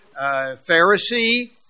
Pharisee